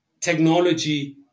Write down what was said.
technology